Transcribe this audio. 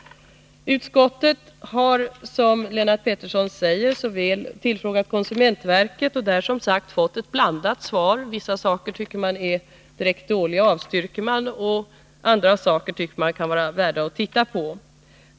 Utskottet har, som Lennart Petersson säger, inhämtat yttrande från konsumentverket och, såsom även har nämnts, fått ett blandat svar. Vissa förslag tycker konsumentverket är direkt dåliga och de avstyrks därför — andra tycker man är värda att titta på.